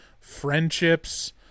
friendships